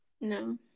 No